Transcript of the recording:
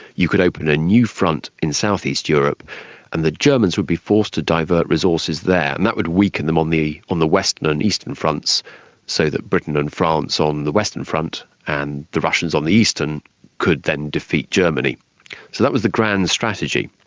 you could open a new front in south-east europe and the germans would be forced to divert resources there, and that would weaken them on the on the western and eastern fronts so that britain and france on the western front and the russians on the eastern could then defeat germany. so that was the grand strategy.